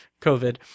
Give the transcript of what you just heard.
COVID